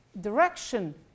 direction